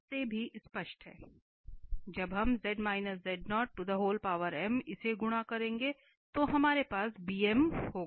इसलिए जब हम इसे गुणा करेंगे तो हमारे पास होगा